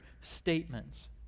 statements